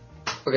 Okay